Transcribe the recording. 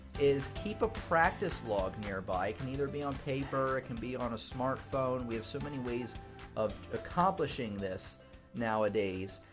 is keep a practice log nearby. it can either be on paper. it can be on a smart phone. we have so many ways of accomplishing this nowadays.